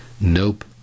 Nope